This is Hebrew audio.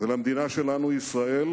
ולמדינה שלנו ישראל,